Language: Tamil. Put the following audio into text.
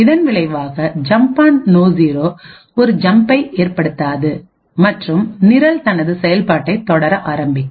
இதன் விளைவாக ஜம்ப் ஆண் நோ0 ஒரு ஜம்ப்பை ஏற்படுத்தாது மற்றும் நிரல் தனது செயல்பாட்டை தொடர ஆரம்பிக்கும்